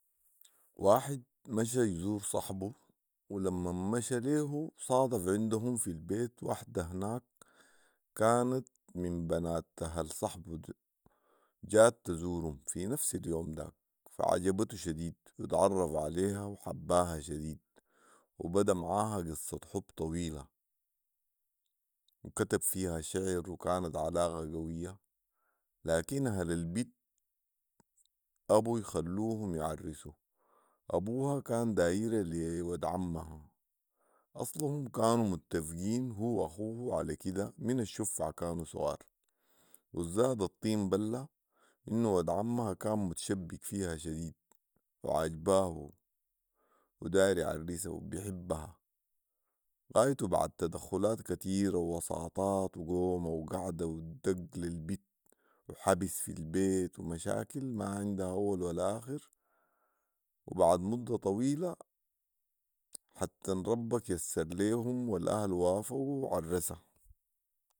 واحد مشي يزور صحبه ولما مشي ليه صادف عندهم في البيت واحده هناك كانت من بنات اهل صحبه جات تزورهم في نفس اليوم داك فعجبته شديد واتعرف عليها وحباها شديد وبدا معاها قصه حب طويله وكتب فيها شعر وكانت علاقه قويه لكن اهل البت ابو يخلوهم يعرسوا ابوها كان دايرها لي ود عمها اصلهم كانوا متفقين هو واخوه علي كده من الشفع كانوا صغار والزاد الطين بله انو ود عمها كان كتشبك فيها شديد وعاجباه وداير يعرسها وبيحبها غايتوا بعد تدخلات كتيره ووساطات وقومه وقعده ودق للبت وحبس في البيت ومشاكل ما عندها اول ولا اخر و بعد مده ما طويله حتن ربك يسر ليهم والاهل وافقوا وعرسها